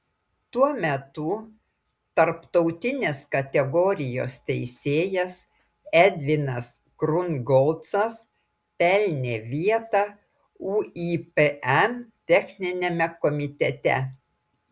tuo metu tarptautinės kategorijos teisėjas edvinas krungolcas pelnė vietą uipm techniniame komitete